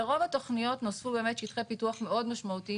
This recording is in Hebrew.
ברוב התכניות נוספו באמת שטחי פיתוח מאוד משמעותיים